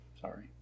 Sorry